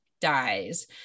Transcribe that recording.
dies